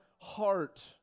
heart